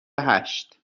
هشت